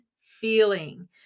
feeling